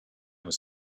was